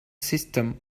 system